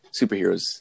superheroes